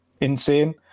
insane